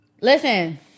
listen